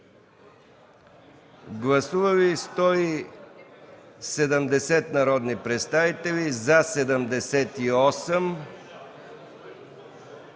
Гласували 170 народни представители: за 78,